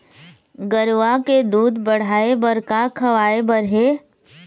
गरवा के दूध बढ़ाये बर का खवाए बर हे?